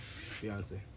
Beyonce